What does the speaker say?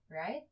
right